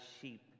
sheep